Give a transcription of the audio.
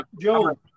Joe